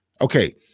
okay